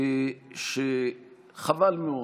שחבל מאוד